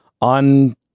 On